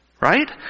Right